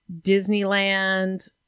Disneyland